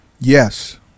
Yes